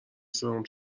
سرم